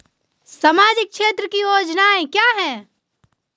सामाजिक क्षेत्र की योजनाएं क्या हैं?